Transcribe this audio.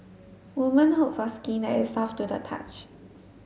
women hope for skin that is soft to the touch